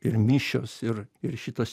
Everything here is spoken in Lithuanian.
ir mišios ir ir šitas